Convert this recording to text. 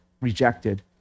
rejected